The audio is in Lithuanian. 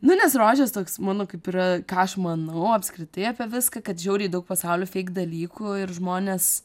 nu nes rožės toks mano kaip yra ką aš manau apskritai apie viską kad žiauriai daug pasauly feik dalykų ir žmonės